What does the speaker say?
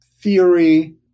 theory